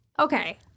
Okay